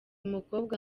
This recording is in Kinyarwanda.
mukobwa